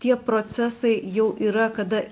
tie procesai jau yra kada